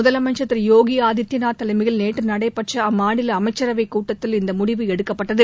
முதலமைச்சர் திரு யோகி ஆதித்யநாத் தலைமையில் நேற்று நடைபெற்ற அம்மாநில அமைச்சரவை கூட்டத்தில் இந்த முடிவு எடுக்கப்பட்டது